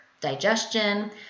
digestion